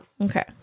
okay